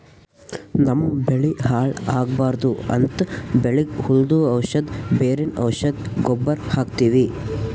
ನಮ್ಮ್ ಬೆಳಿ ಹಾಳ್ ಆಗ್ಬಾರ್ದು ಅಂತ್ ಬೆಳಿಗ್ ಹುಳ್ದು ಔಷಧ್, ಬೇರಿನ್ ಔಷಧ್, ಗೊಬ್ಬರ್ ಹಾಕ್ತಿವಿ